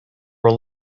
were